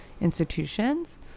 institutions